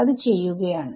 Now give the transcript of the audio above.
അത് ചെയ്യുകയാണ്